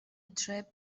trip